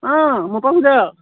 ꯑꯥ ꯃꯣꯝꯄꯥꯛ ꯐꯤꯗꯛ